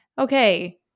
okay